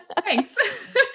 Thanks